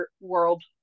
world